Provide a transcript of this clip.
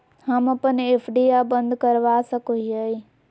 हम अप्पन एफ.डी आ बंद करवा सको हियै